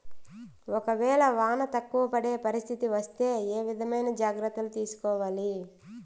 ఒక వేళ వాన తక్కువ పడే పరిస్థితి వస్తే ఏ విధమైన జాగ్రత్తలు తీసుకోవాలి?